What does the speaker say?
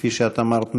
שכפי שאת אמרת,